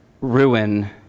ruin